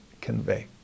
convey